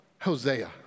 Hosea